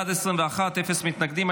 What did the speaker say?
בעד, 21, אפס מתנגדים.